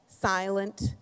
silent